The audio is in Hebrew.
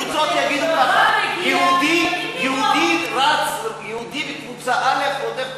הקבוצות יגידו ככה: יהודי מקבוצה א' רודף קבוצה,